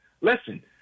listen